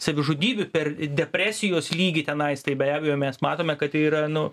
savižudybių per depresijos lygį tenais tai be abejo mes matome kad yra nu